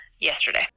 yesterday